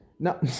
No